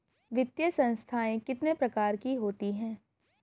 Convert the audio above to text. वित्तीय संस्थाएं कितने प्रकार की होती हैं?